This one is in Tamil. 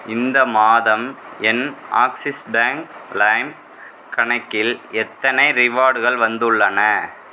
இந்த மாதம் என் ஆக்ஸிஸ் பேங்க் லைம் கணக்கில் எத்தனை ரிவார்டுகள் வந்துள்ளன